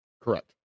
Correct